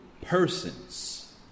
Persons